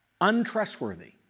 untrustworthy